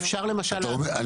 אה, חנוך.